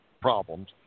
problems